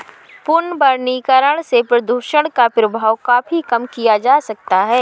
पुनर्वनीकरण से प्रदुषण का प्रभाव काफी कम किया जा सकता है